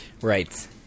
Right